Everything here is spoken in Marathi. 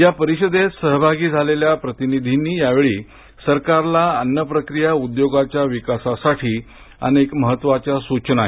या परिषदेत सहभागी झालेल्या प्रतिनिधींनी यावेळी सरकारला अन्न प्रक्रिया उद्योगाच्या विकासासाठी अनेक सूचना केल्या